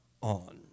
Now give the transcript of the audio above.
on